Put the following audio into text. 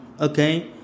okay